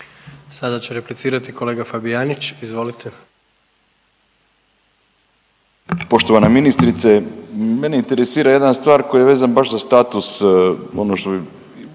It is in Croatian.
Sada će replicirati kolega Fabijanić, izvolite. **Fabijanić, Erik (Nezavisni)** Poštovana ministrice, mene interesira jedna stvar koja je vezan baš za status ono što bi